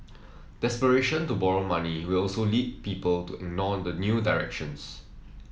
desperation to borrow money will also lead people to ignore the new directions